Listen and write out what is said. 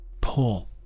Pull